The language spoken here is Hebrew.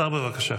השר, בבקשה.